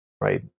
right